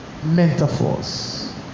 metaphors